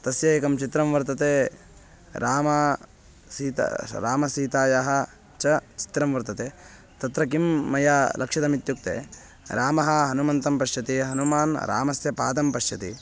तस्य एकं चित्रं वर्तते रामः सीता रामसीतायाः च चित्रं वर्तते तत्र किं मया लक्षितम् इत्युक्ते रामः हनुमन्तं पश्यति हनुमान् रामस्य पादं पश्यति